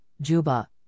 Juba